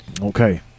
Okay